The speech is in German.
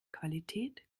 qualität